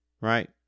right